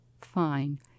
fine